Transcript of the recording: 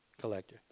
collector